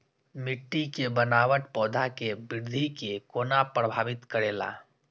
मिट्टी के बनावट पौधा के वृद्धि के कोना प्रभावित करेला?